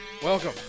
Welcome